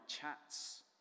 chats